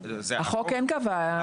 החוק כן קבע עוד זמנים.